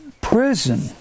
prison